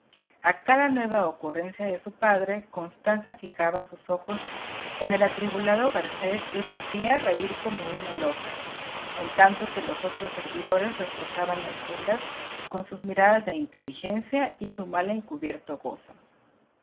a cada nueva ocurrencia de su padre constanza fijaba sus ojos en el atribulado garcés y rompía a reír como una loca en tanto que los otros servidores reforzaban las burlas con sus miradas de inteligencia y su mal encubierto gozo